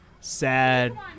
sad